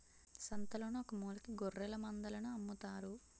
సంతలోన ఒకమూలకి గొఱ్ఱెలమందలను అమ్ముతారు